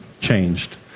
changed